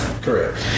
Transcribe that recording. Correct